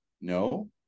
No